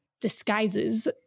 disguises